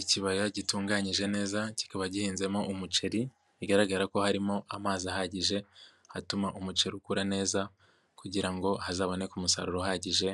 Ikibaya gitunganyije neza kikaba gihinzemo umuceri bigaragara ko harimo amazi ahagije atuma umuceri ukura neza kugira ngo hazaboneke umusaruro uhagije,